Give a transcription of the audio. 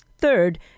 Third